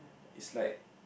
is like